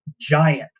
giant